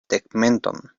tegmenton